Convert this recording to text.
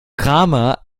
kramer